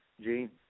Gene